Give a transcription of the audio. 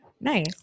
Nice